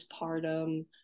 postpartum